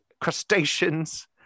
crustaceans